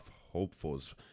hopefuls